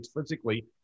physically